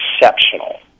exceptional